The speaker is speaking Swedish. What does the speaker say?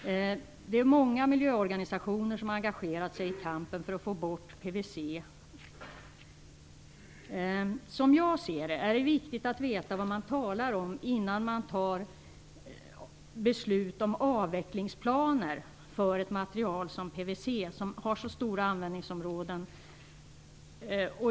Många miljöorganisationer har engagerat sig i kampen för att få bort PVC. Som jag ser det är det viktigt att veta vad man talar om innan man fattar beslut om avvecklingsplaner för ett material som PVC, som har så stora användningsområden.